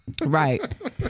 Right